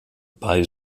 bei